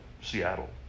seattle